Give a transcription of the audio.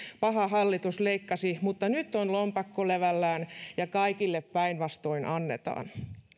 paha hallitus leikkasi mutta nyt on lompakko levällään ja kaikille päinvastoin annetaan